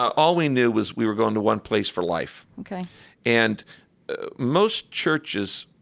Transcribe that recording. all we knew was we were going to one place for life ok and most churches,